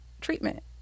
treatment